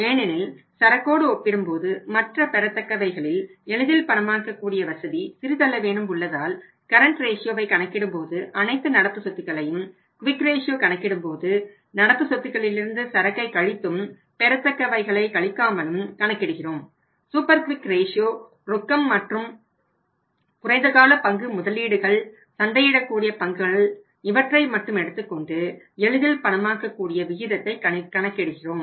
ஏனெனில் சரக்கோடு ஒப்பிடும்போது மற்ற பெறத்தக்கவைகளில் எளிதில் பணமாக்கக்கூடிய வசதி சிறிதளவேனும் உள்ளதால் கரன்ட் ரேஷியோவை ரொக்கம் மற்றும் குறைந்த கால பங்கு முதலீடுகள் சந்தையிடக்கூடிய பங்குகள் இவற்றை மட்டும் எடுத்துக்கொண்டு எளிதில் பணமாக்க கூடிய விகிதத்தை கணக்கிடுகிறோம்